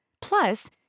Plus